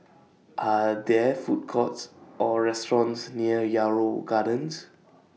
Are There Food Courts Or restaurants near Yarrow Gardens